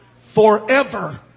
forever